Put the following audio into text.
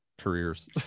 careers